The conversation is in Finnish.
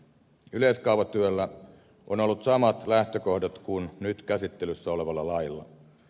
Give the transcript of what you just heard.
yleiskaavatyöllä on ollut samat lähtökohdat kuin nyt käsittelyssä olevalla lailla